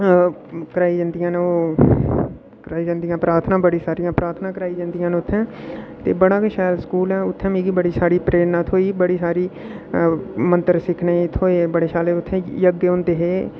अ कराई जंदियां न ओह् कराई जंदियां प्रार्थना बड़ी सारियां प्रार्थना कराई जंदियां न उत्थै ते बड़ा गै शैल स्कूल ऐ उत्थै मिगी बड़ी सारी प्रेरणा थ्होई बड़ी सारी मंत्र सिक्खने ई थ्होए बड़े शैल उत्थै जग होंदे हे